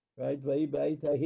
right